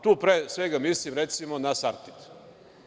Tu, pre svega, mislim recimo na „Sartid“